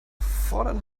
fordern